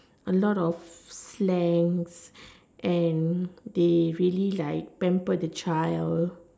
a lot of slang and they really like pamper the child